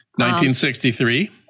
1963